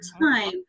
time